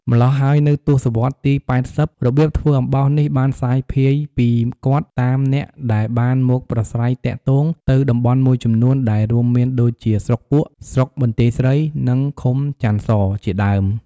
ម្ល៉ោះហើយនៅទស្សវដ្តទី៨០ របៀបធ្វើអំបោសនេះ បានសាយភាយពីគាត់តាមអ្នកដែលបានមកប្រស្រ័យទាក់ទង ទៅតំបន់មួយចំនួន ដែររួមមានដូចជាស្រុកពួក ស្រុកបន្ទាយស្រី និងឃុំចន្ទសរ ជាដើម។